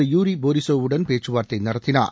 யூரி போரிஸோவுடன் பேச்சுவார்த்தை நடத்தினார்